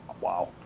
Wow